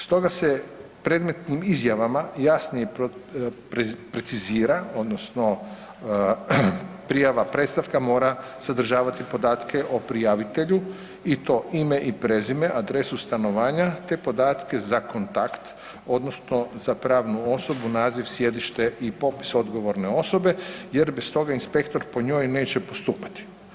Stoga se predmetnim izjavama jasnije precizira odnosno prijava, predstavka mora sadržavati podatke o prijavitelju i to ime i prezime, adresu stanovanja te podatke za kontakt odnosno za pravnu osobu naziv, sjedište i popis odgovorne osobe jer bez toga inspektor po njoj neće postupati.